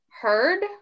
heard